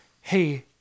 hey